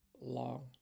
Long